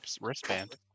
wristband